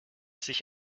sich